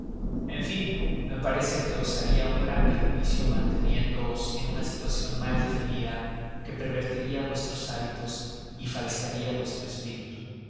en fin me parece que os haría un gran perjuicio manteniéndoos en una situación mal definida que pervertiría vuestros hábitos y falsearía vuestro espíritu